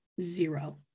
zero